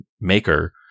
maker